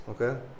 Okay